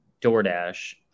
DoorDash